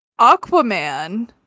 aquaman